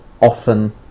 often